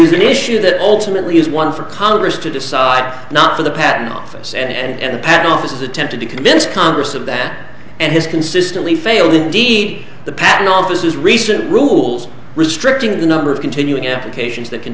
is an issue that ultimately is one for congress to decide not for the patent office and patent office attempted to convince congress of that and has consistently failed indeed the patent office is recent rules restricting the number of continuing applications that can